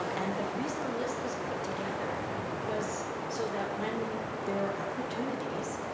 um and the reason a list was put together was so that when there are opportunities,